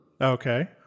Okay